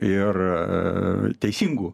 ir teisingų